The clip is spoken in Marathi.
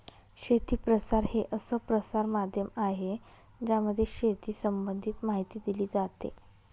शेती प्रसार हे असं प्रसार माध्यम आहे ज्यामध्ये शेती संबंधित माहिती दिली जाते